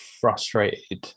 frustrated